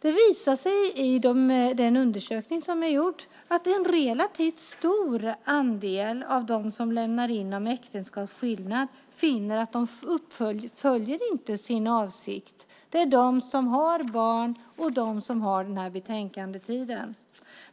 Det visar sig i den undersökning som är gjord att en relativ stor andel av de personer som lämnar in ansökan om äktenskapsskillnad inte fullföljer sin avsikt. Det är de som har barn och de som har betänketiden.